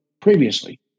previously